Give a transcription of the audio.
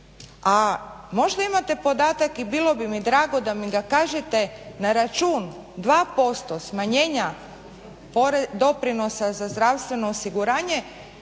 a možda imate podatak i bilo bi mi drago da mi ga kažete na račun 2% smanjenja doprinosa za zdravstveno osiguranje